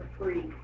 free